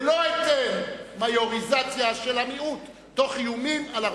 ולא אתן יד למיוריזציה של המיעוט על הרוב תוך איומים.